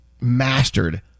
mastered